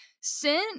sin